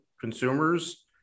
consumers